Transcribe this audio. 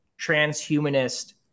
transhumanist